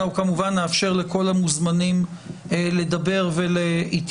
אנחנו, כמובן, נאפשר לכל המוזמנים לדבר ולהתייחס.